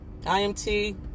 IMT